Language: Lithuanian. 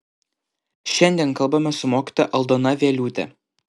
šiandien kalbamės su mokytoja aldona vieliūte